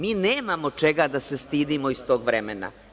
Mi nemamo čega da se stidimo iz tog vremena.